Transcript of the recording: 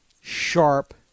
sharp